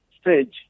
stage